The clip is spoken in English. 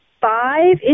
five